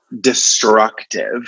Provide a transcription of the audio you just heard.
destructive